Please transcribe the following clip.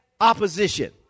opposition